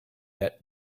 that